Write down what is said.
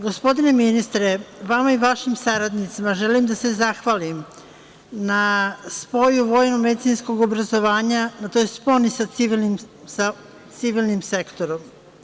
Gospodine ministre, vama i vašim saradnicima želim da se zahvalim na spoju vojnomedicinskog obrazovanja, na toj sponi sa civilnim sektorom.